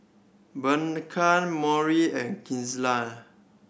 Blanca and